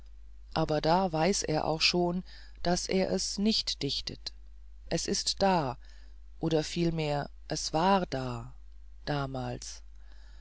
aber da weiß er auch schon er muß es nicht dichten es ist da oder vielmehr es war da damals